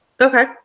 Okay